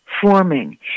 forming